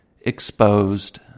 exposed